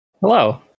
Hello